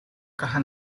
caja